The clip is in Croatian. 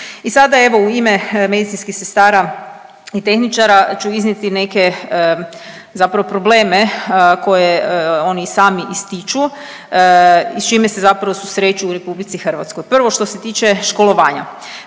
I sada evo, u ime medicinskih sestara i tehničara ću iznijeti neke zapravo probleme koje oni sami ističu i s čime se zapravo susreću u RH. Prvo što se tiče školovanja.